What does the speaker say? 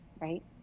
Right